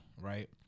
right